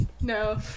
No